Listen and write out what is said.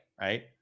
Right